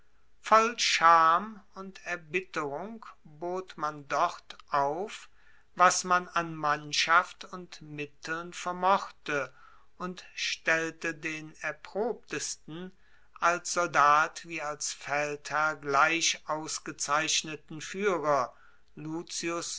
voll scham und erbitterung bot man dort auf was man an mannschaft und mitteln vermochte und stellte den erprobtesten als soldat wie als feldherr gleich ausgezeichneten fuehrer lucius